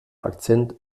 akzent